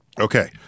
Okay